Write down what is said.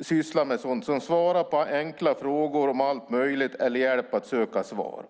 syssla med att svara på enkla frågor om allt möjligt eller ge hjälp med att söka svar.